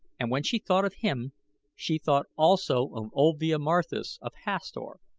and when she thought of him she thought also of olvia marthis of hastor.